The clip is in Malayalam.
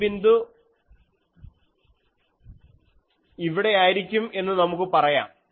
ഈ ബിന്ദു ഇവിടെ ആയിരിക്കും എന്ന് നമുക്ക് പറയാം